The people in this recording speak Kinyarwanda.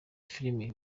filime